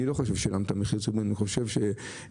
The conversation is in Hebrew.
אני חושב שלא שילמת מחיר ציבורי אני חושב שערכך